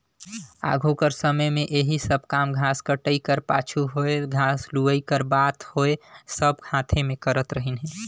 आघु कर समे में एही सब काम घांस कटई कर पाछू होए घांस लुवई कर बात होए सब हांथे में करत रहिन